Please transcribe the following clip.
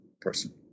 person